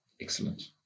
Excellent